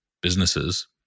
businesses